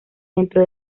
dentro